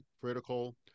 critical